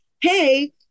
hey